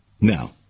Now